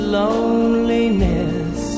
loneliness